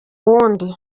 wundi